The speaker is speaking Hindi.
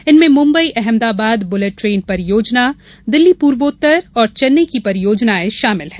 इनमें मुम्बई अहमदाबाद बुलेट ट्रेन परियोजना दिल्ली पूर्वोत्तर और चैन्नई की परियोजनाएं शामिल हैं